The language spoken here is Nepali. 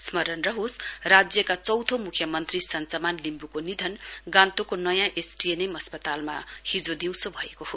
स्मरण रहोस् राज्यका चौथो म्ख्यमन्त्री सञ्चमान लिम्ब्को निधन गान्तोकको नयाँ एसटीएनएम अस्पतालमा हिजो दिउँसो भएको हो